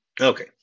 Okay